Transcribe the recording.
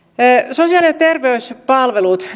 sosiaali ja terveyspalvelut